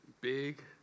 big